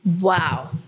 Wow